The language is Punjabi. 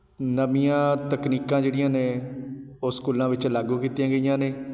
ਨਵੀਆਂ ਤਕਨੀਕਾਂ ਜਿਹੜੀਆਂ ਨੇ ਉਹ ਸਕੂਲਾਂ ਵਿੱਚ ਲਾਗੂ ਕੀਤੀਆਂ ਗਈਆਂ ਨੇ